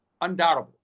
Undoubtable